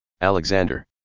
Alexander